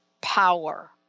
power